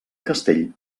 castell